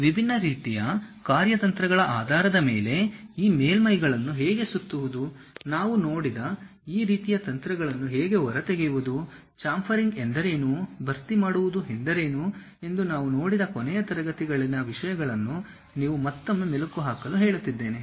ವಿಭಿನ್ನ ರೀತಿಯ ಕಾರ್ಯತಂತ್ರಗಳ ಆಧಾರದ ಮೇಲೆ ಈ ಮೇಲ್ಮೈಗಳನ್ನು ಹೇಗೆ ಸುತ್ತುವುದು ನಾವು ನೋಡಿದ ಆ ರೀತಿಯ ತಂತ್ರಗಳನ್ನು ಹೇಗೆ ಹೊರತೆಗೆಯುವುದು ಚ್ಯಾಮ್ಫರಿಂಗ್ ಎಂದರೇನು ಭರ್ತಿ ಮಾಡುವುದು ಎಂದರೇನು ಎಂದು ನಾವು ನೋಡಿದ ಕೊನೆಯ ತರಗತಿಗಳಲ್ಲಿನ ವಿಷಯಗಳನ್ನು ನೀವು ಮತ್ತೊಮ್ಮೆ ಮೆಲುಕು ಹಾಕಲು ಹೇಳುತ್ತಿದ್ದೇನೆ